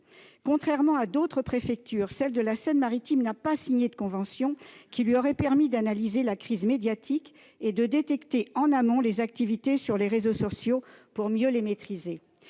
Contrairement à d'autres préfectures, celle de Seine-Maritime n'a pas signé de convention qui lui aurait permis d'analyser la crise médiatique et de détecter, en amont, les activités sur les réseaux sociaux, pour mieux les maîtriser.